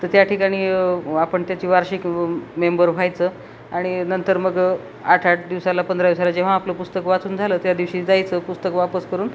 तर त्या ठिकाणी आपण त्याची वार्षिक मेंबर व्हायचं आणि नंतर मग आठ आठ दिवसाला पंधरा दिवसाला जेव्हा आपलं पुस्तक वाचून झालं त्या दिवशी जायचं पुस्तक वापस करून